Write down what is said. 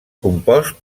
compost